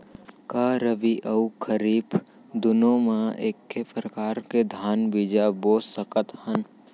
का रबि अऊ खरीफ दूनो मा एक्के प्रकार के धान बीजा बो सकत हन?